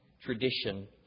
tradition